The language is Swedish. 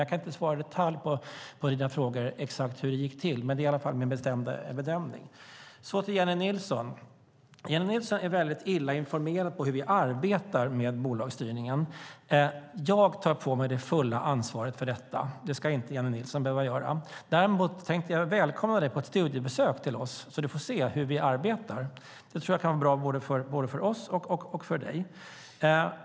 Jag kan inte i detalj svara på frågor om hur exakt det gick till, men det är min bestämda bedömning att reglerna följts. Så till Jennie Nilsson. Jennie Nilsson är väldigt illa informerad om hur vi arbetar med bolagsstyrningen. Jag tar på mig det fulla ansvaret för detta; det ska inte du, Jennie Nilsson, behöva göra. Däremot tänkte jag välkomna dig på studiebesök till oss för att du ska få se hur vi arbetar. Jag tror att det kan vara bra både för oss och för dig.